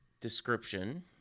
description